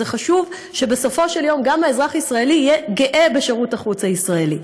זה חשוב שבסופו של יום גם אזרח ישראלי יהיה גאה בשירות החוץ הישראלי.